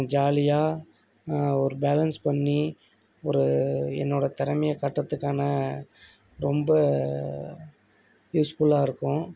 ஜாலியாக ஒரு பேலன்ஸ் பண்ணி ஒரு என்னோடய திறமைய காட்டுறதுக்கான ரொம்ப யூஸ்ஃபுல்லாக இருக்கும்